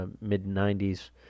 mid-90s